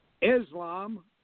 Islam